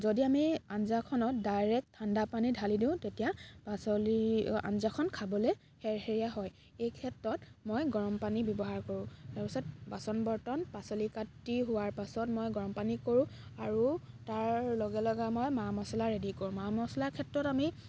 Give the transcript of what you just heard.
যদি আমি আঞ্জাখনত ডাইৰেক্ট ঠাণ্ডা পানী ঢালি দিওঁ তেতিয়া পাচলি আঞ্জাখন খাবলৈ সেৰসেৰীয়া হয় এই ক্ষেত্ৰত মই গৰম পানী ব্য়ৱহাৰ কৰোঁ তাৰ পিছত বাচন বৰ্তন পাচলি কাটি হোৱাৰ পাছত মই গৰম পানী কৰোঁ আৰু তাৰ লগে লগে মই মা মচলা ৰেডী কৰোঁ মা মচলাৰ ক্ষেত্ৰত আমি